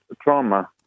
trauma